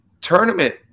tournament